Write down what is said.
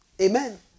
Amen